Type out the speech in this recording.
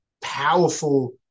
powerful